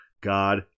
God